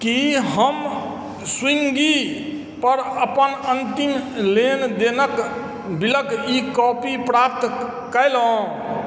की हम स्विग्गीपर अपन अन्तिम लेनदेनक बिलक ई कॉपी प्राप्त कयलहुँ